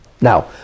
now